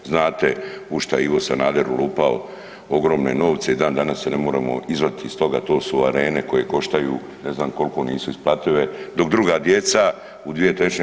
Znate, u šta je Ivo Sanader ulupao ogromne novce i dan danas se ne moremo izvaditi iz toga, to su arene koje koštaju ne znam koliko, nisu isplative, dok druga djeca u 2/